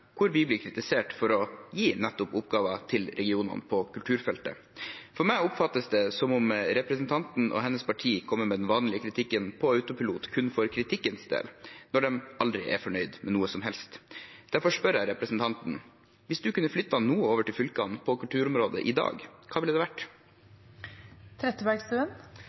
hvor vi blir kritisert for å gi nettopp oppgaver til regionene på kulturfeltet. For meg virker det som om representanten og hennes parti kommer med den vanlige kritikken på autopilot kun for kritikkens del, når de aldri er fornøyd med noe som helst. Derfor spør jeg representanten: Hvis hun kunne flytte noe over til fylkene på kulturområdet i dag, hva ville det